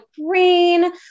brain